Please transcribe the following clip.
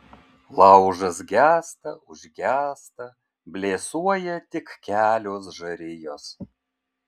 laužas gęsta užgęsta blėsuoja tik kelios žarijos